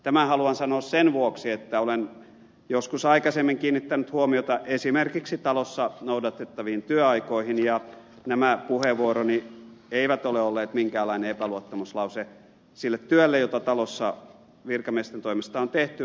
tämän haluan sanoa sen vuoksi että olen joskus aikaisemmin kiinnittänyt huomiota esimerkiksi talossa noudatettaviin työaikoihin ja nämä puheenvuoroni eivät ole olleet minkäänlainen epäluottamuslause sille työlle jota talossa virkamiesten toimesta on tehty